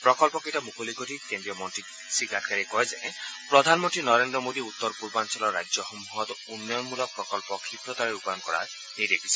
প্ৰকল্পকেইটা মুকলি কৰি কেড্ৰীয় মন্তী শ্ৰীগাডকাৰীয়ে কয় যে প্ৰধানমন্ত্ৰী নৰেড্ৰ মোদীয়ে উত্তৰ পূৰ্বাঞ্চলৰ ৰাজ্যসমূহত উন্নয়নমূলক প্ৰকল্প ক্ষিপ্ৰভাৱে ৰূপায়ণ কৰাৰ নিৰ্দেশ দিছে